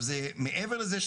אתה מכיר כזה